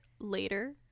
later